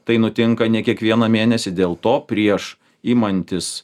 tai nutinka ne kiekvieną mėnesį dėl to prieš imantis